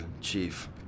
chief